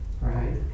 right